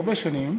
הרבה שנים,